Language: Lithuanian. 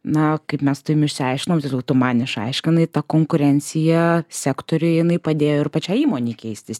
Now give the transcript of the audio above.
na kaip mes su tavim išsiaiškinom tiksliau tu man išaiškinai ta konkurencija sektoriuj jinai padėjo ir pačiai įmonei keistis